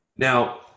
Now